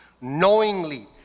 Knowingly